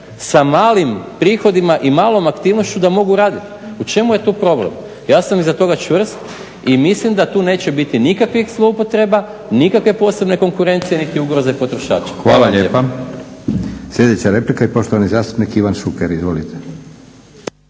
sa malim prihodima i malom aktivnošću da mogu raditi. U čemu je tu problem? Ja sam iza toga čvrst i mislim da tu neće biti nikakvih zloupotreba, nikakve posebne konkurencije niti ugroze potrošača. **Leko, Josip (SDP)** Hvala lijepa. Sljedeća replika i poštovani zastupnik Ivan Šuker. Izvolite.